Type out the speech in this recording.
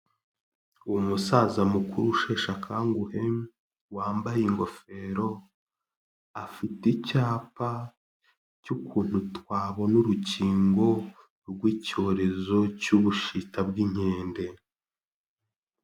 Umusaza mukuru usheshe akanguhe wambaye ingofero, afite icyapa cy'ukuntu twabona urukingo rw'icyorezo cy'ubushita bw'inkende.